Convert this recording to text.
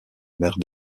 maire